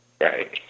Right